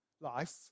life